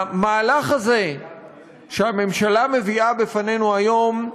המהלך הזה שהממשלה מביאה בפנינו היום,